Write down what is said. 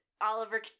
Oliver